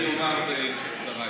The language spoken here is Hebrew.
אני אומר בהמשך דבריי.